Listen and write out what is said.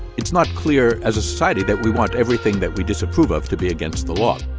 it's not clear as a society that we want everything that we disapprove of to be against the law